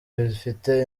bifite